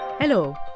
Hello